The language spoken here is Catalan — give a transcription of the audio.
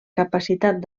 capacitat